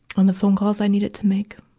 and the phone calls i needed to make,